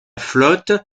flotte